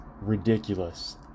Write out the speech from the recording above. ridiculous